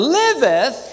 liveth